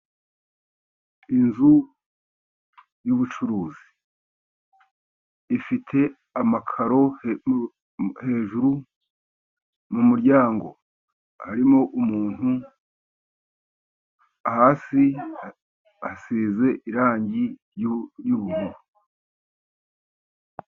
Inzu y'ubucuruzi ifite amakaro hejuru mu muryango, harimo umuntu, hasi hasize irangi ry'ubururu.